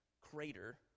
crater